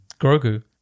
Grogu